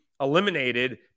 eliminated